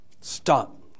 Stop